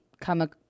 come